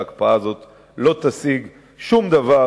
שההקפאה הזאת לא תשיג שום דבר,